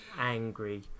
angry